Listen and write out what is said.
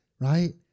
right